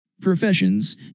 professions